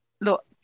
Look